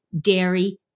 dairy